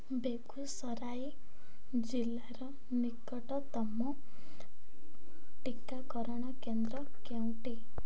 ବେଗୁସରାଇ ଜିଲ୍ଲାର ନିକଟତମ ଟିକାକରଣ କେନ୍ଦ୍ର କେଉଁଟି